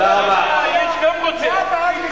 אתה לא רוצה לשמוע שזה,